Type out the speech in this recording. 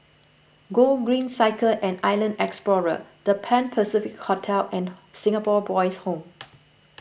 Gogreen Cycle and Island Explorer the Pan Pacific Hotel and Singapore Boys' Home